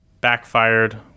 backfired